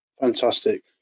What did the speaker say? Fantastic